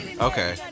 Okay